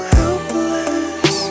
helpless